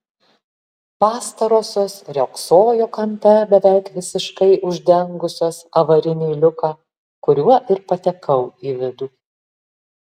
pastarosios riogsojo kampe beveik visiškai uždengusios avarinį liuką kuriuo ir patekau į vidų